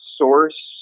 source